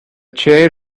chair